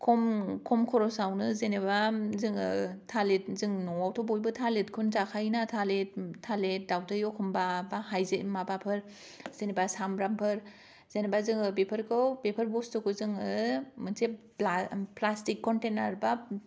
खम खम खरसावनो जेनेबा जोङो थालेत जों न'आव थ बयबो थालेतखौनो जाखायो ना थालेत थालेत दावदै अखनबा हायजें माबाफोर सामब्रामफोर जेनेबा जोङो बेफोरखौ बेफोर बुस्तुखौ जोङो मोनसे प्ला प्लासटिक कन्टेनार बा